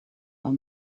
are